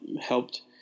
helped